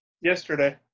Yesterday